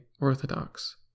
orthodox